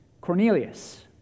Cornelius